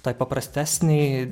tai paprastesnei